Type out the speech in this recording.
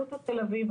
אסותא תל אביב,